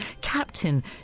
Captain